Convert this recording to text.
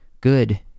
good